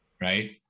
right